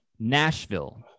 Nashville